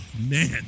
man